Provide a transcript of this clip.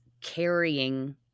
carrying